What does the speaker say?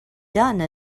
done